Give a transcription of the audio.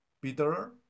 Peter